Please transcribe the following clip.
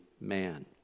man